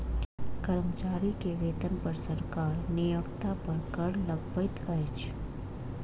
कर्मचारी के वेतन पर सरकार नियोक्ता पर कर लगबैत अछि